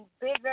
bigger